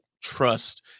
trust